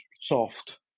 soft